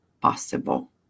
possible